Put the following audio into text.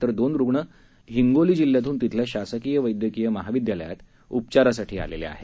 तर दोन रूग्ण हे हिंगोली जिल्हयातून तिथल्या शासकीय वैद्यकीय महाविद्यालयात उपचारासाठी आलेले आहेत